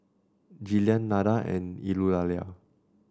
Jillian Nada and Eulalia